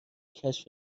کشف